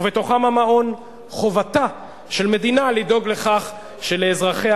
ובתוכם המעון: "חובתה של מדינה לדאוג לכך שלאזרחיה,